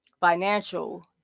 financial